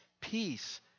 peace